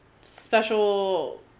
special